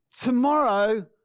tomorrow